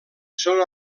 són